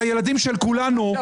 על מה שפכו?